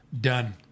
Done